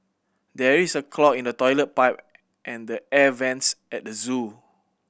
there is a clog in the toilet pipe and the air vents at the zoo